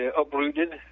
uprooted